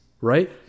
right